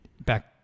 back